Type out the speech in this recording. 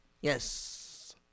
Yes